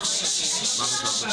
קריאות?